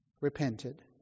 repented